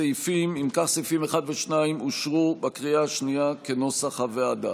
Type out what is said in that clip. סעיפים 1 ו-2 אושרו בקריאה השנייה כנוסח הוועדה.